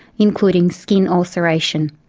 including skin ulceration.